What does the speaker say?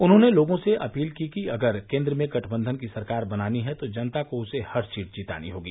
उन्होंने लोगों से अपील की कि अगर केन्द्र में गठबंधन की सरकार बनानी है तो जनता को उसे हर सीट जितानी होगी